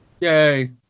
Yay